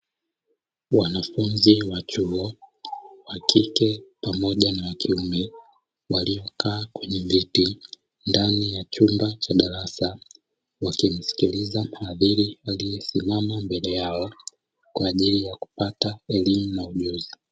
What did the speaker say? Wanafunzi wa chuo wakike pamoja na wa kike waliokaa kwenye viti ndani ya chumba cha darasa wakimsikiliza mhadhiri aliyesimama mbele yao, kwa ajili ya kupata elimu na ujuzi.